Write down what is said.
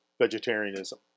vegetarianism